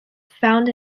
found